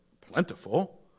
plentiful